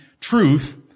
truth